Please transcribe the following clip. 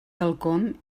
quelcom